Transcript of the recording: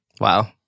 Wow